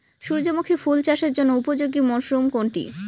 সূর্যমুখী ফুল চাষের জন্য উপযোগী মরসুম কোনটি?